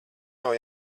nav